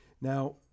Now